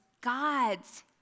God's